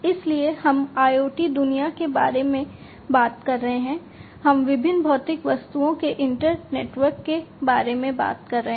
इसलिए हम IoT दुनिया के बारे में बात कर रहे हैं हम विभिन्न भौतिक वस्तुओं के इंटरनेटवर्क के बारे में बात कर रहे हैं